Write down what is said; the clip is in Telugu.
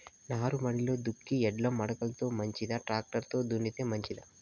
నారుమడిలో దుక్కి ఎడ్ల మడక లో మంచిదా, టాక్టర్ లో దున్నితే మంచిదా?